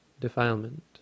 defilement